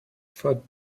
for